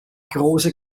große